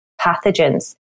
pathogens